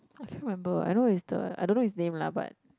I can't remember I know is the I don't know his name lah but